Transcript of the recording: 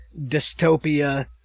dystopia